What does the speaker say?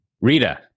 Rita